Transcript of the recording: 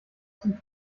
zum